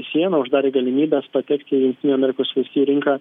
sieną uždarė galimybes patekt į jungtinių amerikos valstijų rinką